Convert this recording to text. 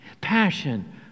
Passion